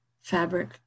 fabric